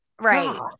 Right